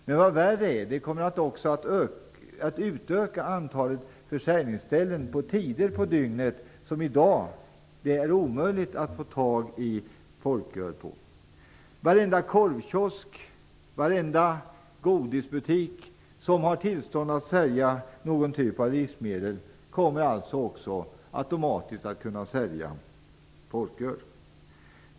Men vad värre är, det kommer också att öka antalet försäljningsställen som är öppna på tider på dygnet då det nu är omöjligt att köpa folköl. Varenda korvkiosk och varenda godisbutik som har tillstånd att sälja någon typ av livsmedel kommer alltså att också kunna sälja folköl.